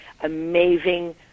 amazing